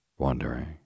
wondering